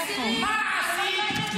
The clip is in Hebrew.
מה אמרת לה.